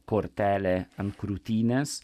kortelė ant krūtinės